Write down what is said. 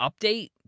update